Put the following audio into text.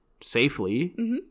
safely